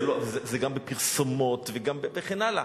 זה גם בפרסומות וכן הלאה.